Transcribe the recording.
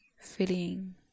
feeling